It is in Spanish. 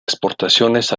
exportaciones